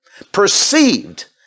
perceived